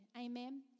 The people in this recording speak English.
Amen